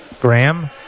Graham